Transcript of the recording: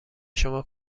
شما